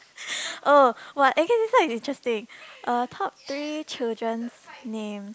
oh !wah! actually this one is interesting uh top three children's name